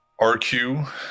RQ